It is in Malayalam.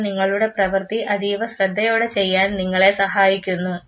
ഇത് നിങ്ങളുടെ പ്രവർത്തി അതീവശ്രദ്ധയോടെ ചെയ്യാൻ നിങ്ങളെ സഹായിക്കുന്നു